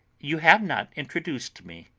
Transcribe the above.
you have not introduced me.